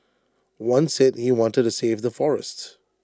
one said he wanted to save the forests